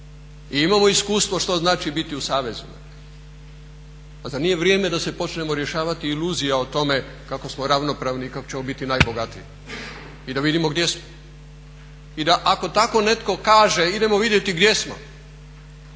i imamo iskustvo što znači biti u savezima. Pa zar nije vrijeme da se počnemo rješavati iluzija o tome kako smo ravnopravni i kako ćemo biti najbogatiji i da vidimo gdje smo. I da ako tako netko kaže idemo vidjeti gdje smo